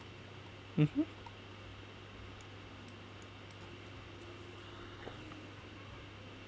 mmhmm